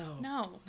No